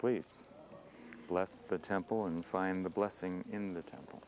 please bless the temple and find the blessing in the temple